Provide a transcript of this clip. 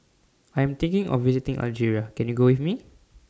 I Am thinking of visiting Algeria Can YOU Go with Me